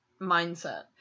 mindset